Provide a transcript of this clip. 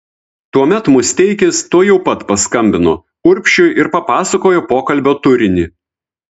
tuomet musteikis tuojau pat paskambino urbšiui ir papasakojo pokalbio turinį